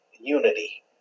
unity